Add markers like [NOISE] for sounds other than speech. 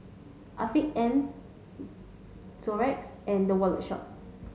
Afiq M [UNINTELLIGIBLE] and The Wallet Shop